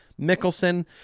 Mickelson